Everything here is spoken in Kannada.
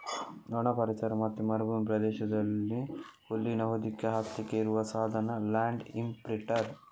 ಒಣ ಪರಿಸರ ಮತ್ತೆ ಮರುಭೂಮಿ ಪ್ರದೇಶದಲ್ಲಿ ಹುಲ್ಲಿನ ಹೊದಿಕೆ ಹಾಸ್ಲಿಕ್ಕೆ ಇರುವ ಸಾಧನ ಲ್ಯಾಂಡ್ ಇಂಪ್ರಿಂಟರ್